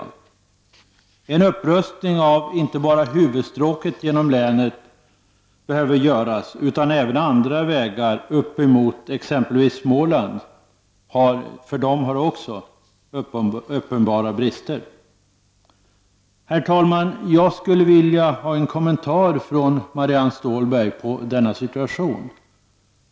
Det behövs inte bara en upprustning av huvudstråket genom länet, utan även andra vägar uppemot exempelvis Småland har uppenbara brister. Jag skulle vilja ha en kommentar från Marianne Stålberg om denna situation.